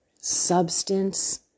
substance